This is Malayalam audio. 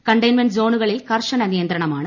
കണ്ടെയിൻമെന്റ് സോണുകളിൽ കർശന നിയന്ത്രണമാണ്